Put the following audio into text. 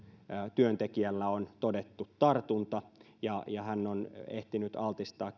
työntekijällä on todettu tartunta ja ja hän on ehtinyt altistaa